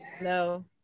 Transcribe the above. No